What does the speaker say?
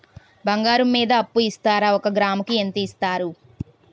బంగారం మీద అప్పు ఇస్తారా? ఒక గ్రాము కి ఎంత ఇస్తారు?